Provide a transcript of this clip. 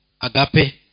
agape